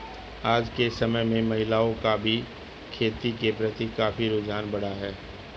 आज के समय में महिलाओं का भी खेती के प्रति काफी रुझान बढ़ा है